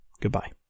goodbye